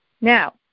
Now